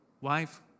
Wife